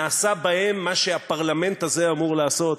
נעשה בהם מה שהפרלמנט הזה אמור לעשות.